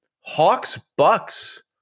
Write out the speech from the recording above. Hawks-Bucks